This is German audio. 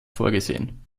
vorgesehen